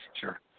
sure